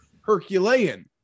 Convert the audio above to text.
Herculean